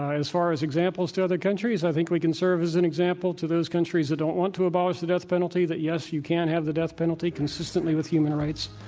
as far as examples to other countries, i think we can serve as an example to those countries that don't want to abolish the death penalty, that yes, you can have the death penalty consistently with human rights.